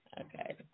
Okay